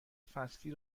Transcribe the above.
فصلی